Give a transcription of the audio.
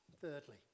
thirdly